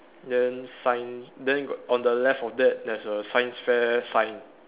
then sign then got on the left of that there's a science fair sign